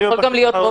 הם יכולים להגיע מידית